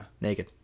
Naked